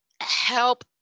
help